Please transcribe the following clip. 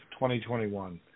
2021